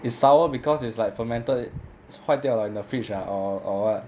is sour because it's like fermented 坏掉 like in the fridge ah or or what